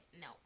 no